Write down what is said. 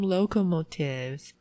Locomotives 。